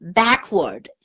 backward